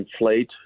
inflate